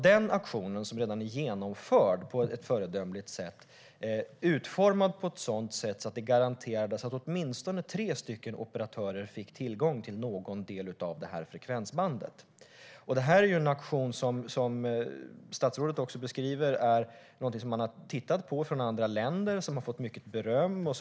Den auktionen, som redan är genomförd på ett föredömligt sätt, var utformad på ett sådant sätt att det garanterades att åtminstone tre operatörer fick tillgång till någon del av frekvensbandet. Som statsrådet beskriver är detta en auktion som man har tittat på från andra länder och som har fått mycket beröm.